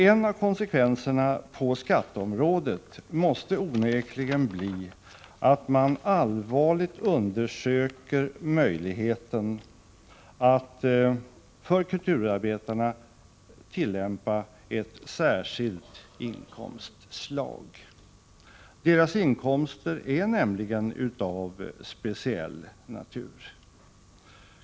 En av konsekvenserna på skatteområdet måste onekligen bli att man allvarligt undersöker möjligheten att för kulturarbetarna tillämpa ett särskilt inkomstslag. Deras inkomster är nämligen av speciell natur.